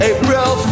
April